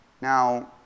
Now